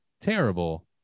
terrible